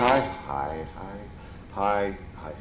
hi hi hi hi